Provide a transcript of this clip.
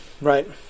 right